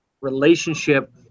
relationship